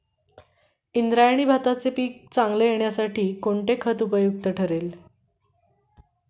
इंद्रायणी भाताचे चांगले पीक येण्यासाठी कोणते खत उपयुक्त ठरेल?